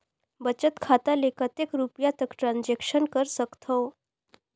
बचत खाता ले कतेक रुपिया तक ट्रांजेक्शन कर सकथव?